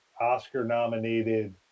Oscar-nominated